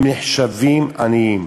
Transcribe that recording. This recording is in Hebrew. הם נחשבים עניים.